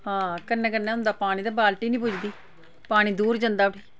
हां कन्नै कन्नै होंदा पानी ते बालटी नी पुज्जदी पानी दूर जंदा उठी